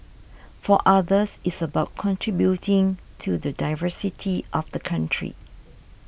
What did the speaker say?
for others it's about contributing to the diversity of the country